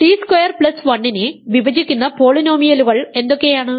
T square plus 1 നെ വിഭജിക്കുന്ന പോളിനോമിയലുകൾ എന്തൊക്കെയാണ്